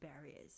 barriers